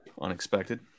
Unexpected